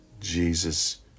Jesus